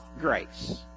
grace